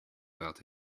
about